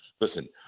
Listen